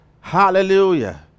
hallelujah